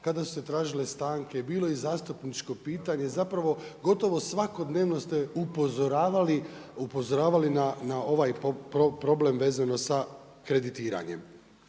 kada su se tražile stanke, bilo je i zastupničko pitanje, zapravo gotovo svakodnevno ste upozoravali na ovaj problem vezano sa kreditiranjem.